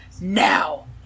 now